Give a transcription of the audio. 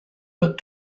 but